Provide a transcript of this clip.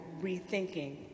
rethinking